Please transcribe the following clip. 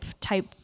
type